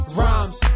Rhymes